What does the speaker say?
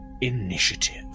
initiative